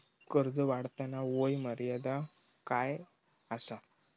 कर्ज काढताना वय मर्यादा काय आसा?